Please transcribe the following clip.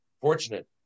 fortunate